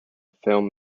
film